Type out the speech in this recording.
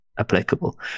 applicable